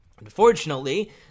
Unfortunately